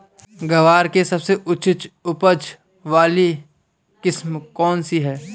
ग्वार की सबसे उच्च उपज वाली किस्म कौनसी है?